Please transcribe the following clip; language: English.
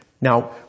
Now